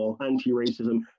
anti-racism